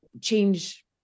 change